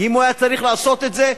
כי אם הוא היה צריך לעשות את זה,